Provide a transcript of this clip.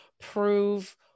prove